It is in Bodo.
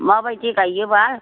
माबायदि गायो बा